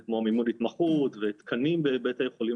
זה כמו מימון התמחות ותקנים בבתי חולים